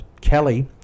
Kelly